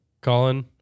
Colin